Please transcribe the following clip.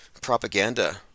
propaganda